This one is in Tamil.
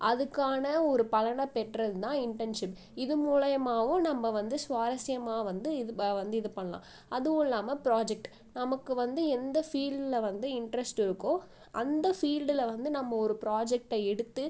அதுக்கான ஒரு பலன் பெற்றது தான் இன்டர்ன்ஷிப் இது மூலியமாவும் நம்ம வந்து சுவாரஸ்யமாக வந்து இது ப வந்து இது பண்ணலாம் அதுவும் இல்லாமல் ப்ராஜெக்ட் நமக்கு வந்து எந்த ஃபீல்டில் வந்து இன்ட்ரெஸ்ட் இருக்கோ அந்த ஃபீல்டில் வந்து நம்ம ஒரு ப்ராஜெக்ட் எடுத்து